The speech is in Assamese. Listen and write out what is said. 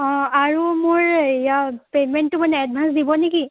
অঁ আৰু মোৰ এয়া পে'মেণ্টটো মানে এডভান্স দিব নেকি